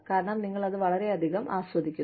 കാരണം നിങ്ങൾ അത് വളരെയധികം ആസ്വദിക്കുന്നു